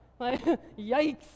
Yikes